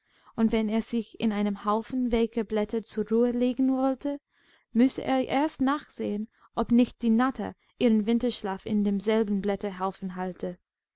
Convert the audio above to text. und wenn er sich in einem haufen welker blätter zur ruhe legen wollte müsse er erst nachsehen ob nicht die natter ihren winterschlaf in demselben blätterhaufen halte